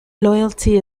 loyalty